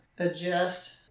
Adjust